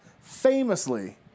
famously